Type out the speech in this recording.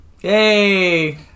Yay